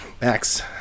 Max